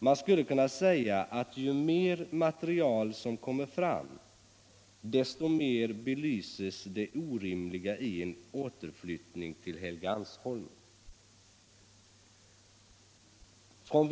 Man skulle kunna säga att ju mer material som kommer fram, desto mer belyses det orimliga i en återflvttning till Helgeandsholmen.